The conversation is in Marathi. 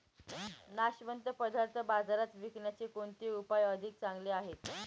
नाशवंत पदार्थ बाजारात विकण्याचे कोणते उपाय अधिक चांगले आहेत?